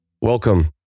Welcome